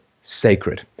sacred